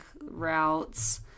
routes